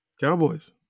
Cowboys